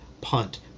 punt